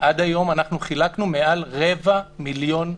עד היום חילקנו מעל רבע מיליון מסכות.